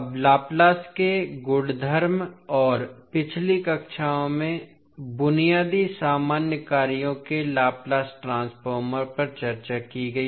अब लाप्लास के गुणधर्म और पिछली कक्षाओं में बुनियादी सामान्य कार्यों के लाप्लास ट्रांसफॉर्म पर चर्चा की गई